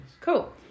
Cool